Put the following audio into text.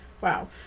wow